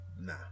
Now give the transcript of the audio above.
Nah